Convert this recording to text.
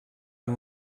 amb